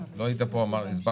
אומרים לך שאנחנו בעד החוק הזה.